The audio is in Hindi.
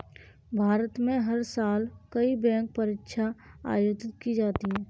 भारत में हर साल कई बैंक परीक्षाएं आयोजित की जाती हैं